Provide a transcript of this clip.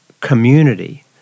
community